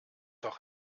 doch